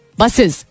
buses